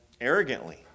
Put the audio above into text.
arrogantly